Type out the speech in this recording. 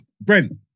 Brent